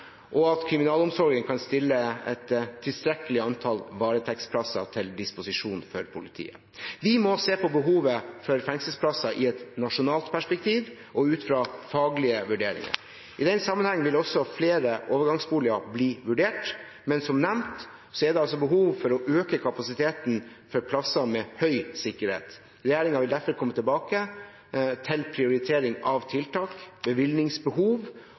og at kriminalomsorgen kan stille et tilstrekkelig antall varetektsplasser til disposisjon for politiet. Vi må se på behovet for fengselsplasser i et nasjonalt perspektiv og ut fra faglige vurderinger. I den sammenheng vil også flere overgangsboliger bli vurdert, men som nevnt er det altså behov for å øke kapasiteten for plasser med høy sikkerhet. Regjeringen vil derfor komme tilbake til prioritering av tiltak, bevilgningsbehov